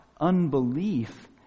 unbelief